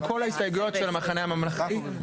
על כל ההסתייגויות של המחנה הממלכתי.